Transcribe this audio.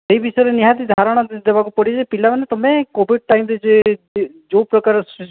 ସେହି ବିଷୟରେ ନିହାତି ଧାରଣା ଦେବାକୁ ପଡ଼ିବ ଯେ ପିଲାମାନେ ତୁମେ କୋଭିଡ଼୍ ଟାଇମ୍ରେ ଯେ ଯେଉଁ ପ୍ରକାର